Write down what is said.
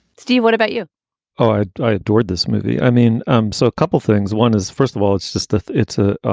steve, what about you oh i i adored this movie. i mean um so a couple things. one is first of all it's just it's ah a